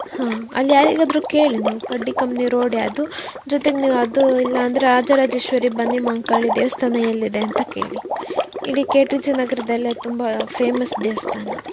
ಹಾಂ ಅಲ್ಲಿ ಯಾರಿಗಾದ್ರೂ ಕೇಳಿ ನೀವು ಕಡ್ಡಿ ಕಂಪ್ನಿ ರೋಡ್ ಯಾವ್ದು ಜೊತೆಗೆ ನೀವು ಅದು ಇಲ್ಲಾಂದರೆ ರಾಜರಾಜೇಶ್ವರಿ ಬನ್ನಿ ಮಹಾಂಕಾಳಿ ದೇವಸ್ಥಾನ ಎಲ್ಲಿದೆ ಅಂತ ಕೇಳಿ ಇಡೀ ಕೆ ಟಿ ಜೆ ನಗರದಲ್ಲೇ ತುಂಬ ಫೇಮಸ್ ದೇವಸ್ಥಾನ